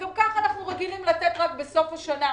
גם ככה אנחנו רגילים לתת רק בסוף השנה.